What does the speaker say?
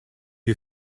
you